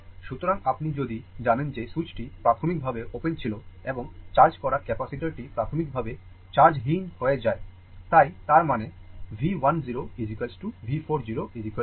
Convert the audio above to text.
সুতরাং আপনি যদি জানেন যে সুইচটি প্রাথমিকভাবে ওপেন ছিল এবং চার্জ করা ক্যাপাসিটারটি প্রাথমিকভাবে চার্জহীন হয়ে যাই তাই তার মানে V 1 0 V 4 0 0